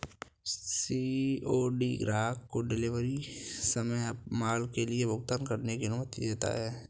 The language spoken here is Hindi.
सी.ओ.डी ग्राहक को डिलीवरी के समय अपने माल के लिए भुगतान करने की अनुमति देता है